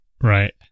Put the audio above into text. Right